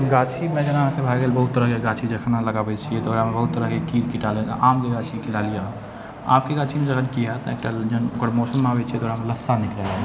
गाछीमे जेना अहाँकेँ भए गेल बहुत तरहके गाछी जखन अहाँ लगाबैत छियै तऽ ओकरामे बहुत तरहके कीट कीड़ा रहैत छै आमके गाछीके लै लिअ अहाँ आमके गाछीमे अहाँकेँ कि होयत जखन ओकर मौसम आबैत छै तऽ ओकरामे लस्सा निकलै लागैत छै